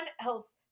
else